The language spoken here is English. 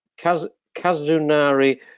Kazunari